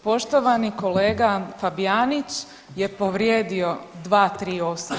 Poštovani kolega Fabijanić je povrijedio 238.